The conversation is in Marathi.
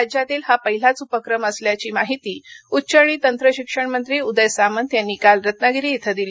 राज्यातील हा पहिलाच उपक्रम असल्याची माहिती उच्च आणि तंत्रशिक्षण मंत्री उदय सामंत यांनी काल रत्नागिरी इथं दिली